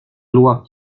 loi